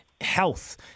health